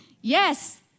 Yes